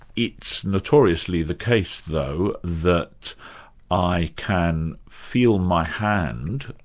it's notoriously the case, though, that i can feel my hand,